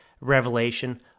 revelation